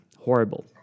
horrible